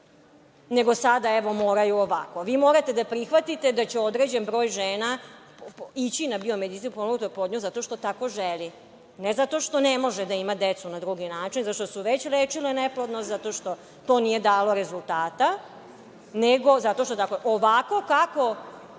nego sada evo moraju ovako. Vi morate da prihvatite da će određen broj žena ići na biomedicinski potpomognutu oplodnju zato što tako želi, ne zato što ne može da ima decu na drugi način, zato što su već lečile neplodnost, zato što to nije dalo rezultata, nego zato što tako… Ovako kako